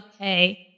okay